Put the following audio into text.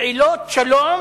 פעילות שלום